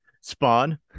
Spawn